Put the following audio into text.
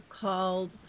called